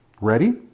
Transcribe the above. Ready